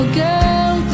girl